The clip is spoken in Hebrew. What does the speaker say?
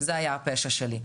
זה היה הפשע שלי.